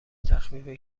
تخفیف